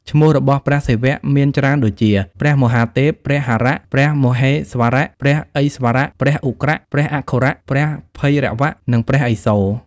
ឈ្មោះរបស់ព្រះសិវៈមានច្រើនដូចជា ៖ ព្រះមហាទេព ,ព្រះហរៈ ,ព្រះមហេស្វរៈ ,ព្រះឥស្វរៈ ,ព្រះឧគ្រៈ ,ព្រះអឃោរ ,ព្រះភៃរវៈ និងព្រះឥសូរ។